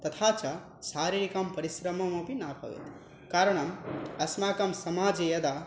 तथा च शारीरिकः परिश्रमः अपि न भवेत् कारणम् अस्माकं समाजे यदा